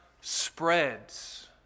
spreads